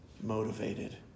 motivated